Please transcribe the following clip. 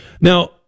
Now